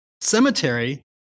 Cemetery